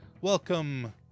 Welcome